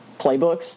playbooks